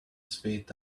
sweet